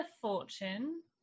fortune